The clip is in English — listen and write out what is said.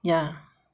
yeah